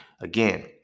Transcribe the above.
Again